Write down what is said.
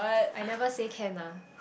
I never say can ah